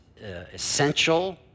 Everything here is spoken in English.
essential